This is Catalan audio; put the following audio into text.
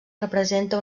representa